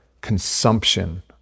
consumption